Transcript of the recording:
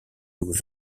aux